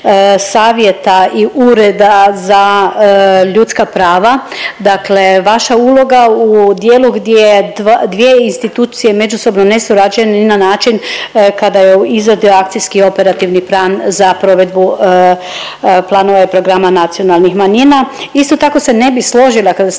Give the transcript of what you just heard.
Savjeta i Ureda za ljudska prava dakle, vaša uloga u dijelu gdje dvije institucije međusobno ne surađuju ni na način kada je u izradi Akcijski operativni plan za provedbu planova i programa nacionalnih manjina? Isto tako se ne bi složila kada ste